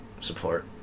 support